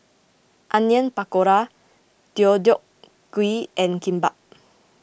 Onion Pakora Deodeok Gui and Kimbap